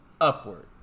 upward